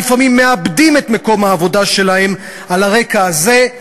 ולפעמים מאבדים את מקום העבודה שלהם על הרקע הזה,